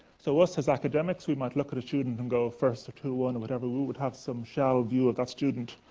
so us, as academics, we might look at a student and go, first or two one or whatever, we would have some shell view of that student.